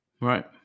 right